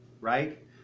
right